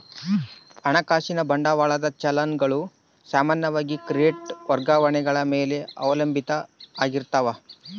ಹಣಕಾಸಿನ ಬಂಡವಾಳದ ಚಲನ್ ಗಳು ಸಾಮಾನ್ಯವಾಗಿ ಕ್ರೆಡಿಟ್ ವರ್ಗಾವಣೆಗಳ ಮೇಲೆ ಅವಲಂಬಿತ ಆಗಿರ್ತಾವ